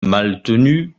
maltenu